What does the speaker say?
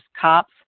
cops